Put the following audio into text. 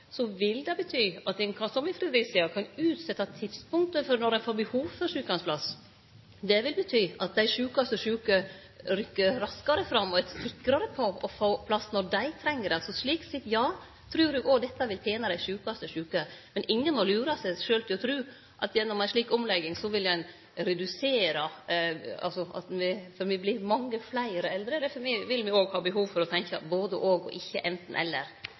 vil det bety at ein kan, som i Fredericia, utsetje tidspunktet for når ein får behov for sjukeheimsplass. Det vil bety at dei sjukaste sjuke rykkjer raskare fram og er sikrare på å få plass når dei treng det. Så slik sett – ja – trur eg dette vil tene dei sjukaste sjuke. Men ingen må lure seg sjølv til å tru at ein gjennom ei slik omlegging vil redusere behovet for sjukeheimsplassar, for me vert mange fleire eldre. Derfor vil me òg ha behov for å tenkje både–og, ikkje anten–eller. Men dette er ein måte å takle det på og